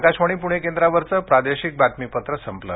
आकाशवाणी पूणे केंद्रावरचं प्रादेशिक बातमीपत्र संपलं